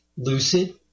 Lucid